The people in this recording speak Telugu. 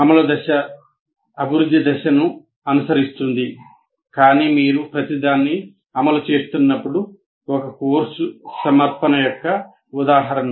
అమలు దశ అభివృద్ధి దశను అనుసరిస్తుంది కానీ మీరు ప్రతిదాన్ని అమలు చేస్తున్నప్పుడు ఒక కోర్సు సమర్పణ యొక్క ఉదాహరణ